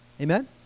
Amen